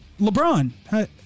LeBron